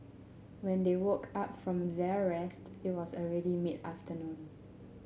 when they woke up from their rest it was already mid afternoon